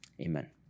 amen